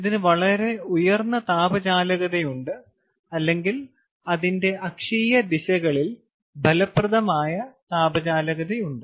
ഇതിന് വളരെ ഉയർന്ന താപ ചാലകതയുണ്ട് അല്ലെങ്കിൽ അതിന്റെ അക്ഷീയ ദിശകളിൽ ഫലപ്രദമായ താപ ചാലകതയുണ്ട്